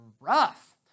rough